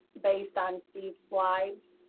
based on steve's slides.